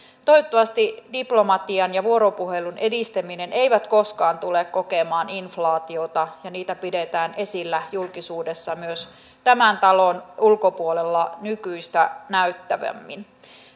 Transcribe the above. toivottavasti diplomatian ja vuoropuhelun edistäminen eivät koskaan tule kokemaan inflaatiota ja niitä pidetään esillä julkisuudessa myös tämän talon ulkopuolella nykyistä näyttävämmin